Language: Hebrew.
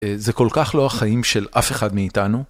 זה כל כך לא החיים של אף אחד מאיתנו.